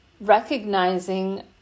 recognizing